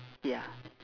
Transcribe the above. ya